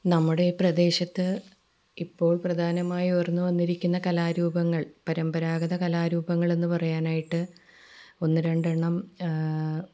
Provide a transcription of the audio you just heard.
നമ്മുടെ പ്രദേശത്ത് ഇപ്പോൾ പ്രധാനമായി ഉയർന്നു വന്നിരിക്കുന്ന കലാരൂപങ്ങൾ പരമ്പരാഗത കലാരൂപങ്ങൾ എന്ന് പറയനായിട്ട് ഒന്ന് രണ്ടെണ്ണം